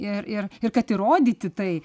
ir ir ir kad įrodyti tai